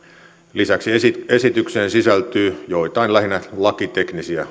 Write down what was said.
lisäksi esitykseen sisältyy joitain lähinnä lakiteknisiä